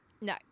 No